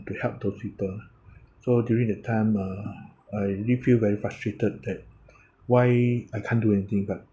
to help those people so during that time uh I really feel very frustrated that why I can't do anything but